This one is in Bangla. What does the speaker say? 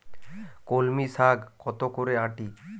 কলমি শাখ কত করে আঁটি?